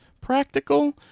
practical